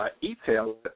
e-tail